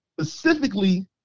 specifically